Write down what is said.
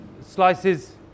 slices